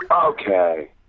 Okay